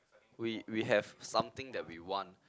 we we have something that we want